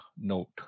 note